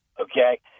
okay